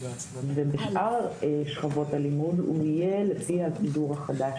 ובשאר שכבות הלימוד הוא יהיה לפי הסידור החדש.